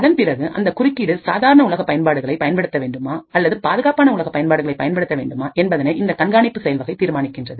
அதன் பிறகு அந்த குறுக்கீடு சாதாரண உலக பயன்பாடுகளை பயன்படுத்த வேண்டுமா அல்லது பாதுகாப்பான உலக பயன்பாடுகளை பயன்படுத்த வேண்டும் என்பதனை இந்த கண்காணிப்பு செயல்வகை தீர்மானிக்கின்றது